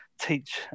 teach